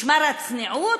משמר הצניעות?